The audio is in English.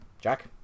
Jack